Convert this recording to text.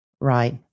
Right